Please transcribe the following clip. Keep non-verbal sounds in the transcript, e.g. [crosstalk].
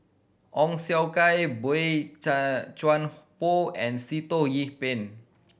Ong Siong Kai Boey [unintelligible] Chuan Poh and Sitoh Yih Pin